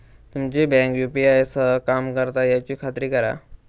तुमची bank UPI सह काम करता याची खात्री करा